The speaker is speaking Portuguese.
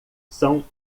são